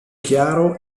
chiaro